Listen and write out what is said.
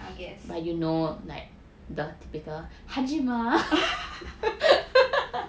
I guess